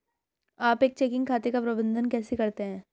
आप एक चेकिंग खाते का प्रबंधन कैसे करते हैं?